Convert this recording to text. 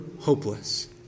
hopeless